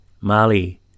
Mali